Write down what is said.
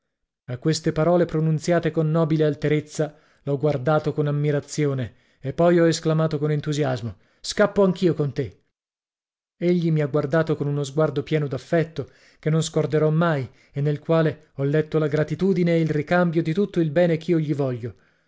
a queste parole pronunziate con nobile alterezza l'ho guardato con ammirazione e poi ho esclamato con entusiasmo scappo anch io con te egli mi ha guardato con uno sguardo pieno d'affetto che non scorderò mai e nel quale ho letto la gratitudine e il ricambio di tutto il bene ch'io gli voglio